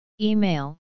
Email